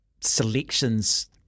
selections